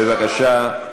בבקשה.